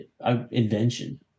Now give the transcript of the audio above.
invention